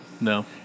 No